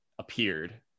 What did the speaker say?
appeared